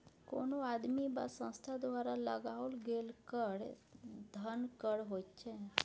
कोनो आदमी वा संस्था द्वारा लगाओल गेल कर धन कर होइत छै